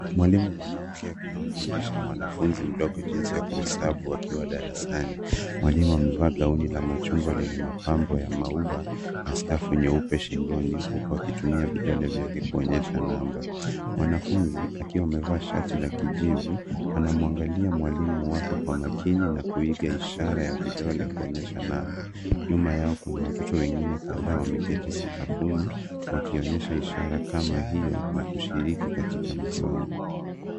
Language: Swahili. Mwalimu mwanamke anamfundisha mwanafunzi mdogo jinsi ya kuhesabu wakiwa darasani. Mwalimu amevaa gauni la machungwa lenye mapambo ya maua na skafu nyeupe shingoni huku akitumia vidole vyake kuonyesha namba. Mwanafunzi akiwa amevaa shati la kijivu anamuangalia mwalimu wake kwa makini na kuiga ishara ya vidole kuonyesha namba. Nyuma yao kuna watoto wengine kadhaa wameketi sakafuni wakionyesha ishara kama hiyo na kushiriki katika masomo.